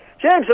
James